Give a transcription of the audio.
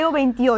28